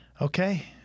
okay